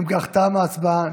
אם כך, תמה ההצבעה.